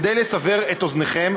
כדי לסבר את אוזניכם,